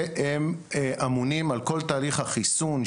והם אמונים על כל תהליך החיסון,